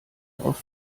auf